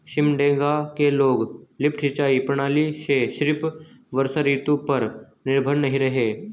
सिमडेगा के लोग लिफ्ट सिंचाई प्रणाली से सिर्फ वर्षा ऋतु पर निर्भर नहीं रहे